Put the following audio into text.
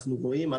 אנחנו רואים,